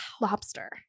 Lobster